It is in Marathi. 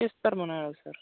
तेच तर सर